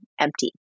empty